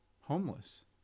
homeless